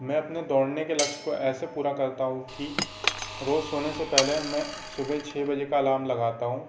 मैं अपने दौड़ने के लक्ष्य को ऐसे पूरा करता हूँ कि रोज़ सोने से पहले मैं सुबह छः बजे का अलाम लगाता हूँ